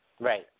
right